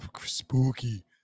Spooky